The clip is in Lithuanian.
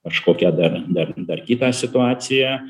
kažkokią dar dar dar kitą situaciją